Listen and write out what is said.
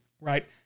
right